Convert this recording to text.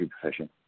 profession